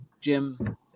Jim